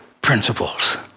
principles